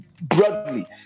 broadly